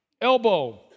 elbow